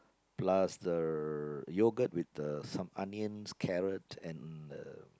plus the yogurt with the some onion carrot and uh